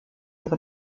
ihre